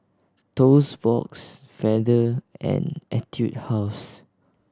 Toast Box Feather and Etude House